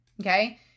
Okay